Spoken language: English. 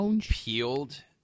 peeled